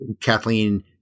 Kathleen